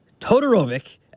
Todorovic